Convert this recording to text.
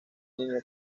línea